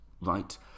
right